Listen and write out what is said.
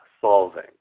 solving